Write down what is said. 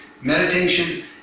Meditation